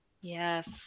yes